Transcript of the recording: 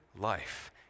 life